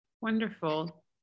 Wonderful